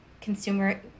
consumer